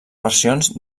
versions